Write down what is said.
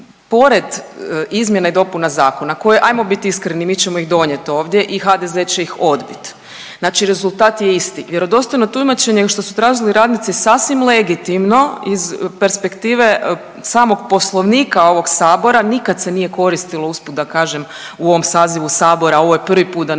pored izmjena i dopuna zakona, koje hajmo bit iskreni mi ćemo ih donijeti ovdje i HDZ će ih odbiti, znači rezultat je isti. Vjerodostojno tumačenje što su tražili radnici sasvim legitimno iz perspektive samog Poslovnika ovog Sabora nikad se nije koristilo usput da kažem u ovom sazivu Sabora. Ovo je prvi put da netko